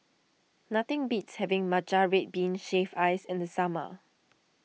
nothing beats having Matcha Red Bean Shaved Ice in the summer